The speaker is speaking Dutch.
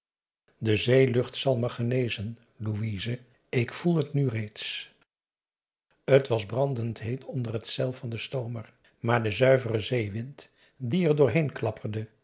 de zeelucht zal me genezen louise ik voel het nu reeds t was brandend heet onder het zeil van den stoomer maar de zuivere zeewind die er doorheen klapperde